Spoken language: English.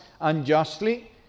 unjustly